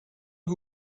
who